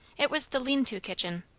it was the lean-to kitchen,